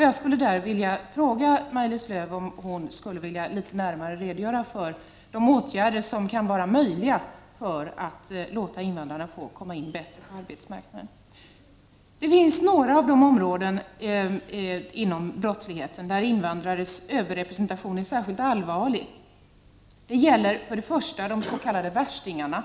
Jag skulle vilja fråga Maj-Lis Lööw om hon kan redogöra litet närmare för de åtgärder som kan vara möjliga för att ge invandrare bättre möjlighet att komma in på arbetsmarknaden. Det finns några områden inom brottsligheten där invandrares överrepre = Prot. 1989/90:29 sentation är särskilt allvarlig. Det gäller för det första de s.k. värstingarna.